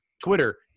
Twitter